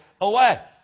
away